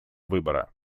выбора